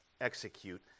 execute